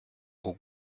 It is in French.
aux